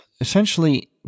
essentially